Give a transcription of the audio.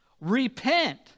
Repent